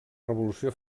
revolució